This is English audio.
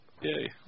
Yay